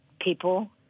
people